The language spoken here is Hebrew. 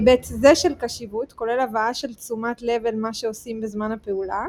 היבט זה של קשיבות כולל הבאה של תשומת הלב אל מה שעושים בזמן הפעולה,